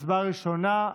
הצבעה ראשונה,